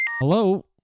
Hello